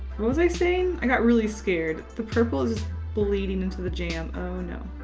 what was i saying? i got really scared. the purple is bleeding into the jam. oh no.